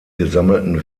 gesammelten